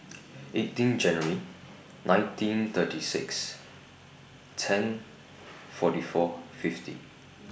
eighteen January nineteen thirty six ten forty four fifty